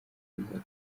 byiza